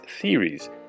theories